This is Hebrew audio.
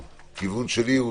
הכיוון שלי הוא